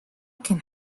can